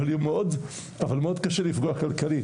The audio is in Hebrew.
אבל מאוד קשה לפגוע כלכלית.